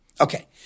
Okay